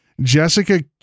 Jessica